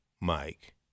Mike